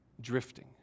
drifting